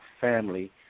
family